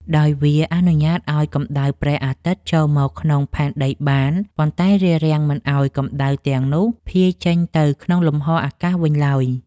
ដោយវាអនុញ្ញាតឱ្យកម្ដៅព្រះអាទិត្យចូលមកក្នុងផែនដីបាន ប៉ុន្តែរារាំងមិនឱ្យកម្ដៅទាំងនោះភាយចេញទៅក្នុងលំហអាកាសវិញឡើយ។